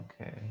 Okay